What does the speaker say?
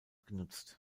genutzt